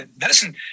Medicine